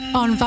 on